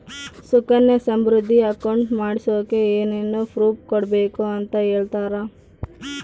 Sukanya Samriddhi account ಮಾಡಿಸೋಕೆ ಏನೇನು proof ಕೊಡಬೇಕು ಅಂತ ಹೇಳ್ತೇರಾ?